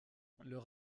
leur